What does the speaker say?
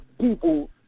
people